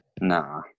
Nah